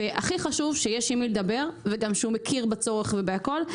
הכי חשוב שיש עם מי לדבר וגם שהוא מכיר בצורך ובכול.